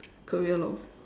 career lor